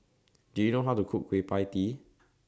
Do YOU know How to Cook Kueh PIE Tee